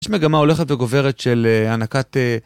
יש מגמה הולכת וגוברת של הענקת...